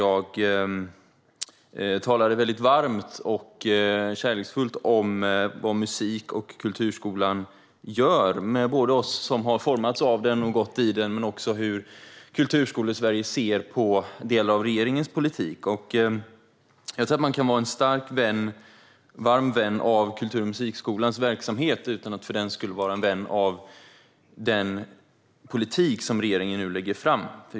Jag talade väldigt varmt och kärleksfullt om vad musik och kulturskolan gör. Jag talade om oss som har formats av den och gått i den men också om hur Kulturskolesverige ser på delar av regeringens politik. Man kan vara en varm vän av musik och kulturskolans verksamhet utan att för den skull vara en vän av den politik som regeringen nu lägger fram.